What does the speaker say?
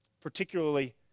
particularly